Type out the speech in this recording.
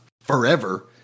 forever